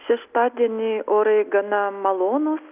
šeštadienį orai gana malonūs